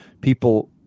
people